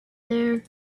there